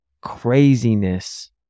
craziness